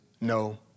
no